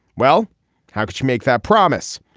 well how could you make that promise.